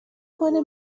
کنه